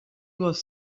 was